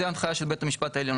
זאת ההנחיה של בית המשפט העליון,